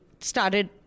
started